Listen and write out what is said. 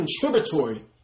contributory